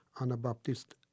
Anabaptist